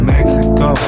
Mexico